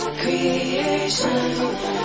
creation